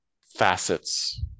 facets